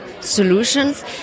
solutions